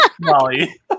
Molly